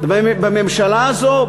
בממשלה הזאת,